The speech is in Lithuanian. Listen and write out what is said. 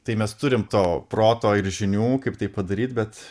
tai mes turim to proto ir žinių kaip tai padaryt bet